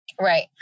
Right